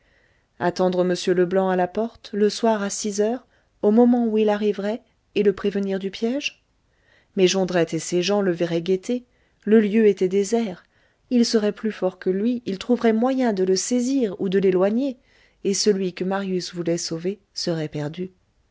attendre m leblanc à la porte le soir à six heures au moment où il arriverait et le prévenir du piège mais jondrette et ses gens le verraient guetter le lieu était désert ils seraient plus forts que lui ils trouveraient moyen de le saisir ou de l'éloigner et celui que marius voulait sauver serait perdu